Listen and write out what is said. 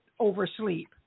oversleep